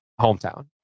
Hometown